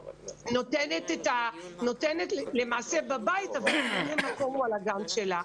שנמצאת למעשה בבית אבל מילוי המקום הוא על הגן שלה.